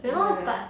还有 leh